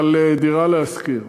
על "דירה להשכיר".